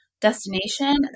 destination